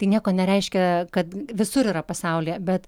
tai nieko nereiškia kad visur yra pasaulyje bet